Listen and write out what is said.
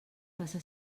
faça